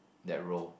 that role